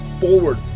forward